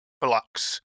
blocks